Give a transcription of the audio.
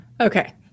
Okay